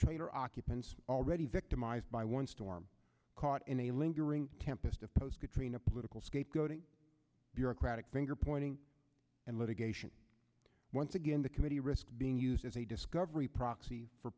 trader occupants already victimized by one storm caught in a lingering tempest of post katrina political scapegoating bureaucratic finger pointing and litigation once again the committee risk being used as a discovery proxy for